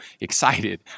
excited